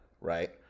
right